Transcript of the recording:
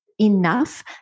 Enough